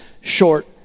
short